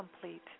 complete